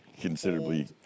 considerably